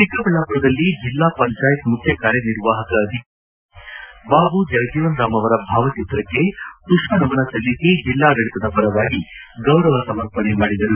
ಚಿಕ್ಕಬಳ್ಳಾಮರದಲ್ಲಿ ಜಿಲ್ಲಾ ಪಂಚಾಯತ್ ಮುಖ್ಯ ಕಾರ್ಯ ನಿರ್ವಾಪಕ ಅಧಿಕಾರಿ ಗುರುದತ್ ಪೆಗಡೆ ಬಾಬೂಜಗಜೀವನ ರಾಂ ಅವರ ಭಾವಚಿತ್ರಕ್ಕೆ ಪುಷ್ಪ ನಮನ ಸಲ್ಲಿಸಿ ಜಿಲ್ಲಾಡಳಿತದ ಪರವಾಗಿ ಗೌರವ ಸಮರ್ಪಣೆ ಮಾಡಿದರು